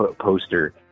poster